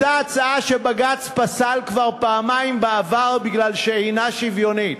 אותה הצעה שבג"ץ פסל כבר פעמיים בעבר מכיוון שאינה שוויונית.